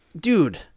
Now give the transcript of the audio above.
dude